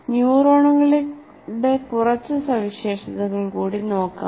ന്യൂറോണുകളുടെ കുറച്ച് സവിശേഷതകൾ കൂടി നോക്കാം